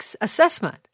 assessment